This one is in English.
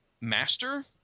Master